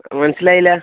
മനസ്സിലായില്ല